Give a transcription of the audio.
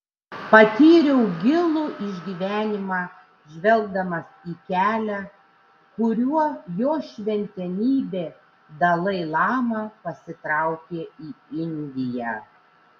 patyriau gilų išgyvenimą žvelgdamas į kelią kuriuo jo šventenybė dalai lama pasitraukė į indiją